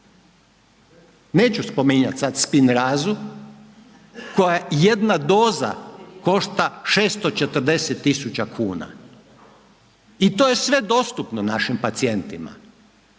neću spominjat sad spinrazu koja jedna doza košta 640.000,00 kn i to je sve dostupno našim pacijentima,